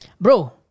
Bro